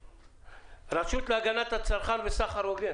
הרשות להגנת הצרכן וסחר הוגן.